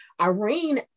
Irene